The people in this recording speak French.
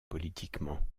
politiquement